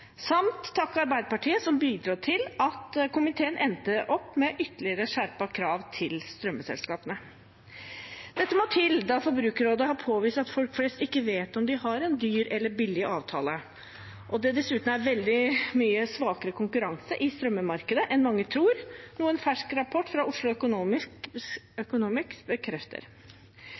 Arbeiderpartiet, som bidro til at komiteen endte opp med ytterligere skjerpede krav til strømselskapene. Dette må til, da Forbrukerrådet har påvist at folk flest ikke vet om de har en dyr eller billig avtale, og det dessuten er veldig mye svakere konkurranse i strømmarkedet enn mange tror, noe en fersk rapport fra Oslo Economics bekrefter.